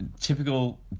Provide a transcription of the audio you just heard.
typical